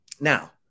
Now